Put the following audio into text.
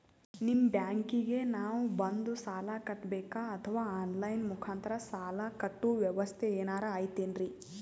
ನಿಮ್ಮ ಬ್ಯಾಂಕಿಗೆ ನಾವ ಬಂದು ಸಾಲ ಕಟ್ಟಬೇಕಾ ಅಥವಾ ಆನ್ ಲೈನ್ ಮುಖಾಂತರ ಸಾಲ ಕಟ್ಟುವ ವ್ಯೆವಸ್ಥೆ ಏನಾರ ಐತೇನ್ರಿ?